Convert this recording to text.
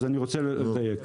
אני רוצה לדייק.